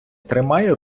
тримає